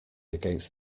against